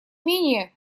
менее